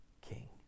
king